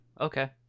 Okay